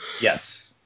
Yes